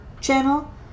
channel